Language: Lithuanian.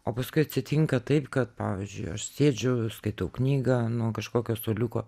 o paskui atsitinka taip kad pavyzdžiui aš sėdžiu skaitau knygą nu ant kažkokio suoliuko